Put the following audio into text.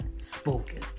spoken